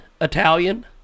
Italian